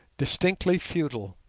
distinctly feudal,